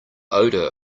odor